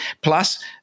plus